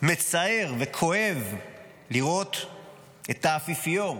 מצער וכואב לראות את האפיפיור,